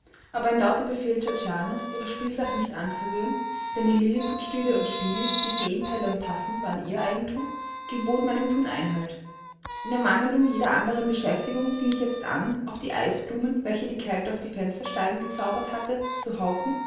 aber ein lauter befehl georgianas ihre spielsachen nicht anzurühren denn die liliput stühle und spiegel die feen teller und tassen waren ihr eigentum gebot meinem thun einhalt in ermangelung jeder anderen beschäftigung fing ich jetzt an auf die eisblumen welche die kälte auf die fensterscheiben gezaubert hatte zu hauchen